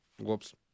Whoops